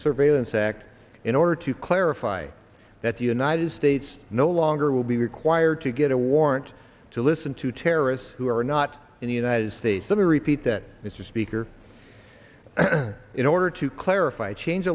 surveillance act in order to clarify that the united states no longer will be required to get a warrant to listen to terrorists who are not in the united states let me repeat that mr speaker in order to clarify change